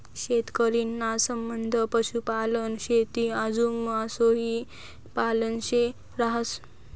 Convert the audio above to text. शेतकरी ना संबंध पशुपालन, शेती आजू मासोई पालन शे रहास